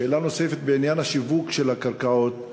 שאלה נוספת בעניין שיווק הקרקעות,